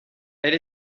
elle